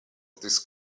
this